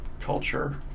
culture